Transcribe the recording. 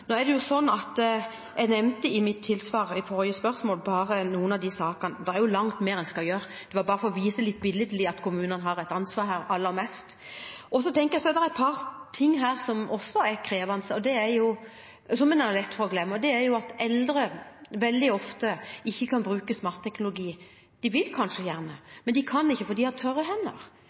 Jeg nevnte i mitt tilsvar på forrige spørsmål bare noen av sakene. Det er jo langt mer man skal gjøre. Det var bare for å vise litt billedlig at aller mest er det kommunene som har et ansvar her. Jeg tenker det er et par ting som også er krevende, og som en har lett for å glemme. Det er at eldre veldig ofte ikke kan bruke smartteknologien. De vil kanskje, men kan ikke fordi de har tørre hender.